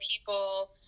people